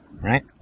right